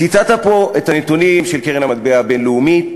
ציטטת פה את הנתונים של קרן המטבע הבין-לאומית.